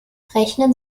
rechnen